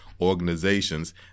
organizations